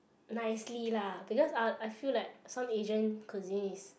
nicely lah because uh I feel like some Asian cuisine is